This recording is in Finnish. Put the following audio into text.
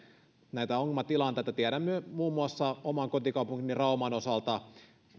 näitä ongelmatilanteita tiedämme muun muassa oman kotikaupunkini rauman osalta